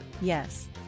yes